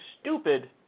stupid